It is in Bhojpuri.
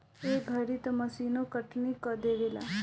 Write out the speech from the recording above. ए घरी तअ मशीनो कटनी कअ देवेला